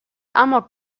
amok